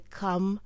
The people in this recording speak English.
come